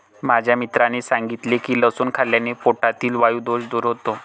माझ्या मित्राने सांगितले की लसूण खाल्ल्याने पोटातील वायु दोष दूर होतो